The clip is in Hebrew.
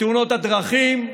לתאונות הדרכים,